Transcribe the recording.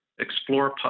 explore